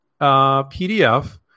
PDF